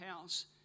House